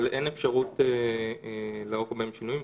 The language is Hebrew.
אבל אין אפשרות לערוך בהן שינויים.